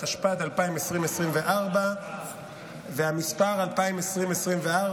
התשפ"ד 2024. והמספר 2024,